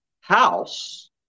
house